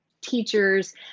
teachers